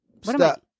Stop